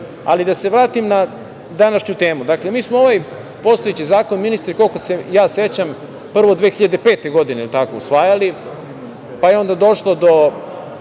celini. Da se vratim na današnju temu. Dakle, mi smo ovaj postojeći zakon, ministre koliko se ja sećam, prvo 2005. godine, je li tako, usvajali, pa je onda došlo do